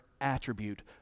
attribute